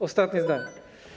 Ostatnie zdanie.